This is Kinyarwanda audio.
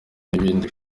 n’ibindi